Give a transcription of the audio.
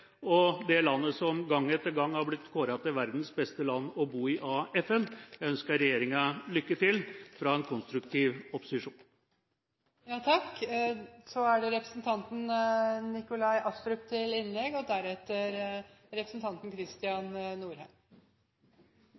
og det landet som FN gang etter gang har kåret til verdens beste land å bo i. Jeg ønsker regjeringa lykke til fra en konstruktiv opposisjon. Valget ga et historisk flertall for de borgerlige partiene – det